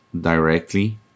directly